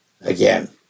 again